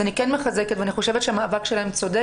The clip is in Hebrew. אני מחזקת ואני חושבת שהמאבק שלהם צודק